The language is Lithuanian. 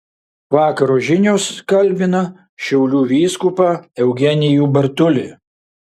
vakaro žinios kalbina šiaulių vyskupą eugenijų bartulį